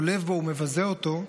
עולב בו ומבזה אותו,